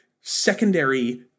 secondary